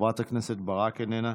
חברת הכנסת ברק, איננה,